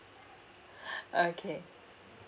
okay